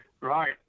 Right